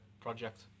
project